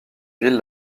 ville